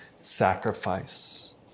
sacrifice